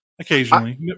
occasionally